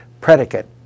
predicate